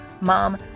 mom